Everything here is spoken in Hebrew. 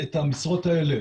את המשרות האלה